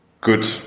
good